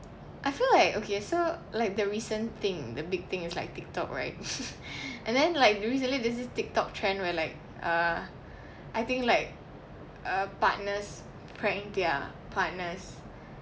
I feel like okay so like the recent thing the big thing is like tiktok right and then like recently there's this tiktok trend where like(uh) I think like uh partners pranking their partners